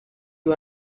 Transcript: you